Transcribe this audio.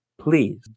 please